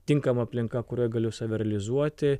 tinkama aplinka kurioj galiu save realizuoti